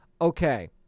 Okay